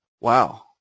Wow